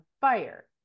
fire